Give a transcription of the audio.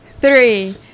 Three